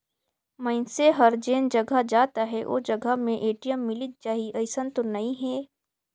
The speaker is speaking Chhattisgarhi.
मइनसे हर जेन जघा जात अहे ओ जघा में ए.टी.एम मिलिच जाही अइसन तो नइ हे